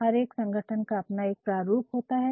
हर एक संगठन का अपना एक प्रारूप होता है